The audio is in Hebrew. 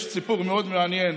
יש סיפור מאוד מעניין,